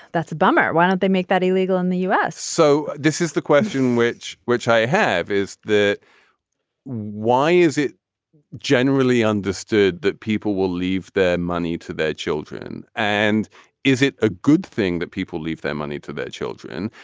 that's a bummer. why don't they make that illegal in the u s? so this is the question which which i have is that why is it generally understood that people will leave their money to their children? and is it a good thing that people leave their money to their children?